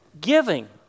Giving